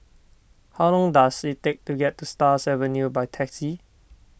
how long does it take to get to Stars Avenue by taxi